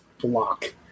block